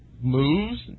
moves